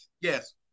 Yes